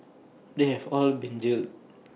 they have all been jailed